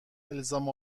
الزام